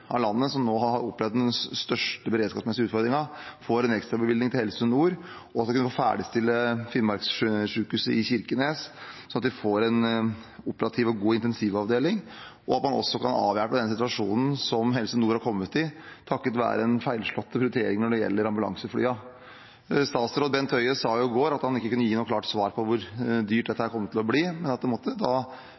av landet som nå har opplevd den største beredskapsmessige utfordringen, får en ekstrabevilgning, altså til Helse Nord, slik at man kan ferdigstille Finnmarkssykehuset i Kirkenes, så de får en operativ og god intensivavdeling, og at man også kan avhjelpe den situasjonen som Helse Nord har kommet i takket være den feilslåtte prioriteringen når det gjelder ambulanseflyene. Statsråd Bent Høie sa i går at han ikke kunne gi noe klart svar på hvor dyrt dette kom til å bli, men at en del av de kostnadene måtte